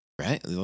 right